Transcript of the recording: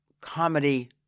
comedy